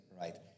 Right